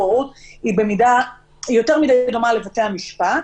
בוררות יותר מדי דומה לבתי המשפט,